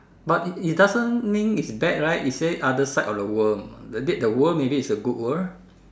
but it it doesn't mean it's bad right you said other side of the world the date the world maybe is a good world